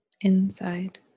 Inside